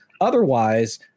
Otherwise